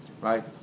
right